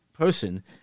Person